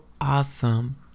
awesome